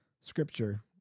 scripture